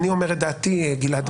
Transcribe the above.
אני אומר את דעתי, גלעד.